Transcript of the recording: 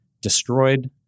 destroyed